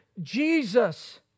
Jesus